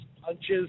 punches